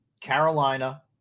Carolina